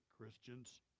Christians